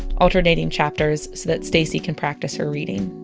alternating chapters so that stacie can practice her reading.